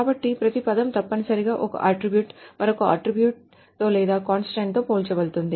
కాబట్టి ప్రతి పదం తప్పనిసరిగా ఒక అట్ట్రిబ్యూటె మరొక అట్ట్రిబ్యూటెతో లేదా కాంస్టాంట్ తో పోల్చబడుతుంది